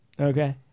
okay